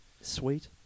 sweet